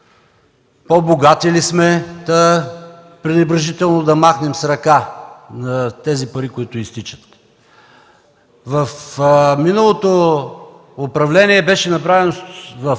по-богати ли сме та пренебрежително да махнем с ръка на тези пари, които изтичат? В миналото управление беше направено в тази